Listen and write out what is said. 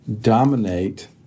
dominate